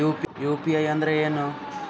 UPI ಅಂದ್ರೆ ಏನು?